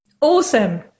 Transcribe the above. Awesome